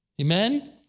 Amen